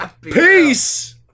Peace